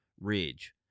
ridge